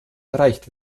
erreicht